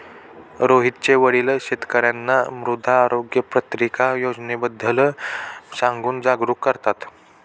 रोहितचे वडील शेतकर्यांना मृदा आरोग्य पत्रिका योजनेबद्दल सांगून जागरूक करतात